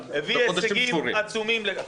---- הביא הישגים עצומים ----- תוך חודשים ספורים.